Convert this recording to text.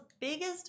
biggest